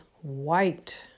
white